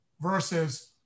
versus